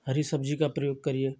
हरी सब्ज़ी का प्रयोग करिए